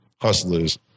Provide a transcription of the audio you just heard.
hustlers